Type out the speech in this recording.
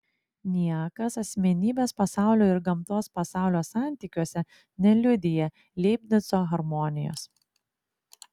niekas asmenybės pasaulio ir gamtos pasaulio santykiuose neliudija leibnico harmonijos